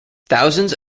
thousands